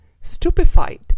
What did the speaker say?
stupefied